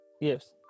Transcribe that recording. Yes